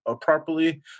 properly